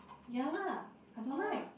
ya lah I don't like